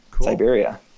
Siberia